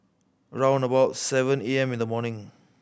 round about seven A M in the morning